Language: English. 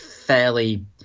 fairly